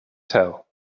tell